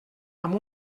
amb